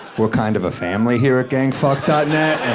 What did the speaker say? we're kind of a family here at gang net, and.